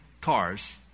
cars